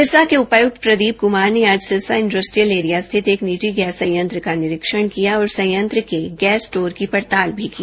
सिरसा के उपायुक्त प्रदीप कुमार ने आज सिरसा इंडस्ट्रीयल एरिया स्थित एक निजी गैस संयंत्र का निरीक्षण किया और संयंत्र के गैस स्टोर को पड़ताल भी की